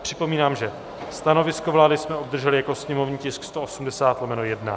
Připomínám, že stanovisko vlády jsme obdrželi jako sněmovní tisk 180/1.